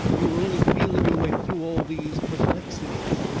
you were only feeling your way through all these perplexities.